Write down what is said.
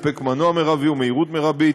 הספק מנוע מרבי ומהירות מרבית,